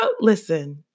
listen